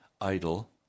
idle